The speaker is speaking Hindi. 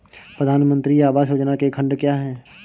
प्रधानमंत्री आवास योजना के खंड क्या हैं?